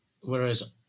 whereas